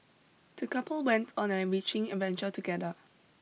the couple went on an enriching adventure together